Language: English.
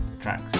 tracks